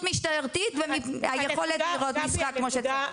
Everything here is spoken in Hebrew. משטרתית והיכולת לראות משחק כמו שצריך.